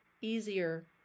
easier